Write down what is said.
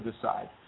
decide